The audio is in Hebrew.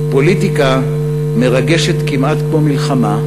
"פוליטיקה מרגשת כמעט כמו מלחמה,